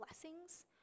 blessings